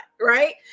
right